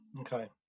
Okay